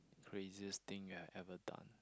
craziest thing you have ever done